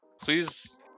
Please